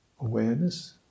awareness